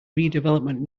redevelopment